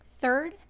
Third